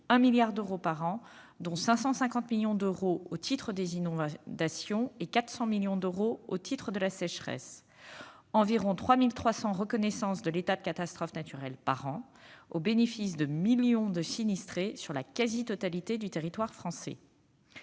1 milliard d'euros par an, dont 550 millions d'euros au titre des inondations et 400 millions d'euros au titre de la sécheresse. Ce sont environ 3 300 reconnaissances de l'état de catastrophe naturelle par an, au bénéfice de millions de sinistrés sur la quasi-totalité du territoire français.